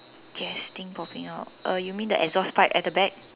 it has a thing popping out uh you mean the exhaust pipe at the back